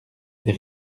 des